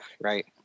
Right